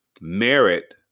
merit